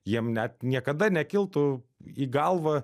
jiem net niekada nekiltų į galvą